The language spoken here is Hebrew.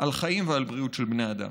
על חיים ועל בריאות של בני אדם.